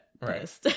Right